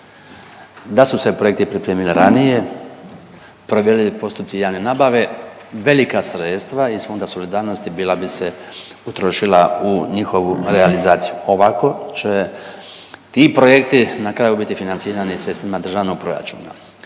Da su se projekti pripremili ranije, proveli postupci javne nabave velika sredstva iz Fonda solidarnosti bila bi se utrošila u njihovu realizaciju. Ovako će ti projekti na kraju biti financirani sredstvima državnog proračuna.